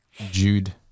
Jude